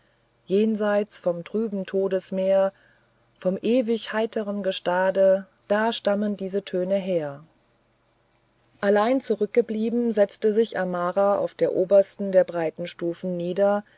jenseits vom trüben todesmeer vom ewig heiteren gestade da stammen diese töne her allein zurückgeblieben setzte sich amara auf der obersten der breiten stufen nieder